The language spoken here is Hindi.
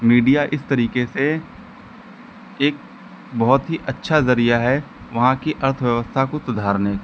मीडिया इस तरीके से एक बहुत ही अच्छा ज़रिया है वहाँ की अर्थव्यवस्था को सुधारने का